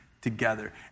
together